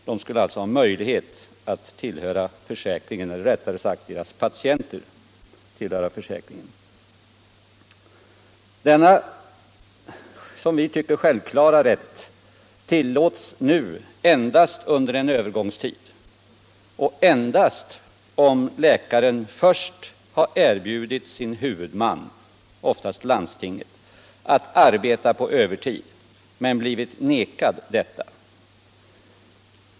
De, eller rättare sagt deras patienter, skulle alltså ha möjlighet att tillhöra försäkringen. Denna som vi tycker självklara rätt tillåts nu endast under en övergångstid och endast om läkaren först har erbjudit sin huvudman, oftast landstinget, arbete på övertid men blivit nekad detta.